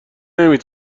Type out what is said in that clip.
نمی